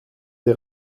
der